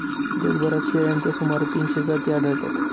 जगभरात शेळ्यांच्या सुमारे तीनशे जाती आढळतात